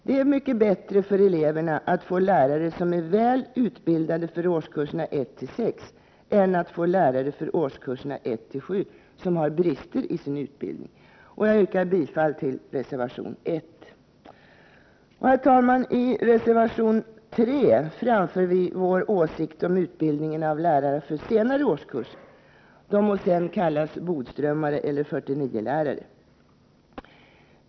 Det är mycket bättre för eleverna att de får lärare som är väl utbildade för årskurserna 1-6 än att få lärare för årskurserna 1-7 som har brister i sin utbildning. Jag yrkar bifall till reservation 1. I reservation 3 framför vi vår åsikt om utbildning av lärare för senare årskurser — de må sedan kallas Bodströmare eller 49-lärare!